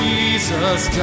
Jesus